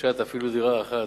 רכישת אפילו דירה אחת,